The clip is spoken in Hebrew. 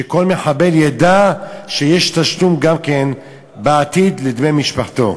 שכל מחבל ידע שיש תשלום גם כן בעתיד לדמי משפחתו.